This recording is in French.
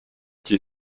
qui